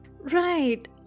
right